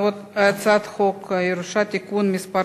הצעת חוק הירושה (תיקון מס'